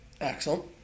Excellent